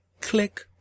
Click